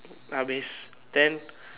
I'll then